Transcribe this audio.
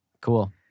Cool